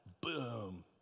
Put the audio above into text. boom